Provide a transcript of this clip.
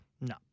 no